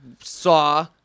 saw